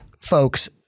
folks